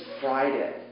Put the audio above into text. Friday